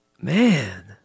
Man